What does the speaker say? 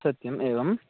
सत्यम् एवम्